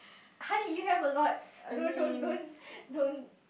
honey you have a lot don't don't don't